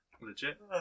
Legit